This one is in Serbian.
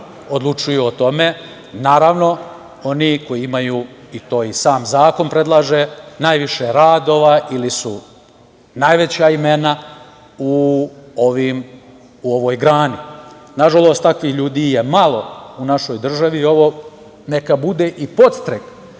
odlučuju o tome. Naravno, oni koji imaju, a to i sam zakon predlaže, najviše radova ili su najveća imena u ovoj grani. Nažalost, takvih ljudi je malo u našoj državi i ovo neka bude i podstrek